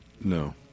No